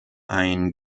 ein